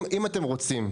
אם אתם רוצים,